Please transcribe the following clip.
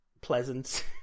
pleasant